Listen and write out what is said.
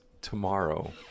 tomorrow